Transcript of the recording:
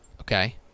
okay